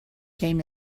came